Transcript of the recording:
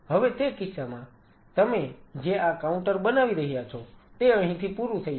હવે તે કિસ્સામાં તમે જે આ કાઉન્ટર બનાવી રહ્યા છો તે અહીંથી પૂરું થઈ જશે